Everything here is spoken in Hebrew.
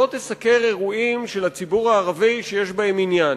תסקר אירועים של הציבור הערבי שיש בהם עניין,